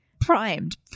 primed